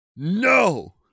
No